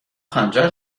خنجر